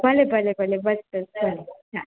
ભલે ભલે ભલે ભલે ભલે હા